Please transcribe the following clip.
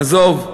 עזוב,